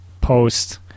post